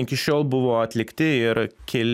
iki šiol buvo atlikti ir kel